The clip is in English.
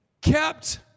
kept